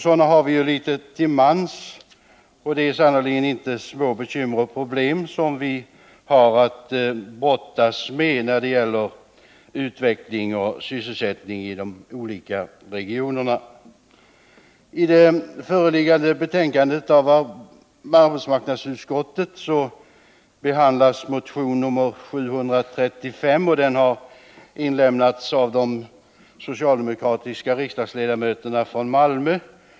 Sådana har vi ju litet till mans, och det är sannerligen inte små problem vi har att brottas med när det gäller utveckling och sysselsättning i de olika regionerna. I arbetsmarknadsutskottets betänkande nr 23 behandlas motion nr 735 som har inlämnats av de socialdemokratiska riksdagsledamöterna från Malmö.